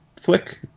flick